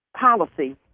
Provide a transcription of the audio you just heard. policy